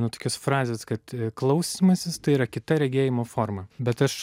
nuo tokios frazės kad klausymasis tai yra kita regėjimo forma bet aš